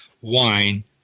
wine